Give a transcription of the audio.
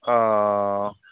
ओ